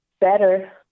better